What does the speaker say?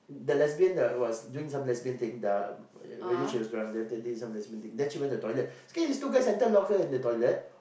the lesbian was doing some lesbian thing the maybe she was drunk then after she did some lesbian thing then she went to the toilet sekali these two guys lock her in the toilet